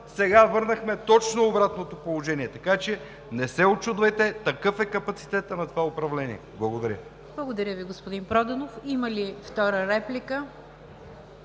сега върнахме точно обратното положение. Така че не се учудвайте, такъв е капацитетът на това управление. Благодаря. ПРЕДСЕДАТЕЛ НИГЯР ДЖАФЕР: Благодаря Ви, господин Проданов. Има ли втора реплика?